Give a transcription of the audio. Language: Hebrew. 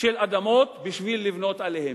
של אדמות בשביל לבנות עליהן.